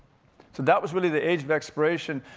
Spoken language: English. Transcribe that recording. so that was really the age of exploration,